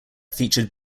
featured